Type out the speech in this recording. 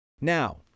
Now